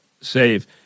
save